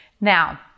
Now